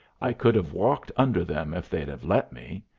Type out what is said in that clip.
i could have walked under them if they'd have let me.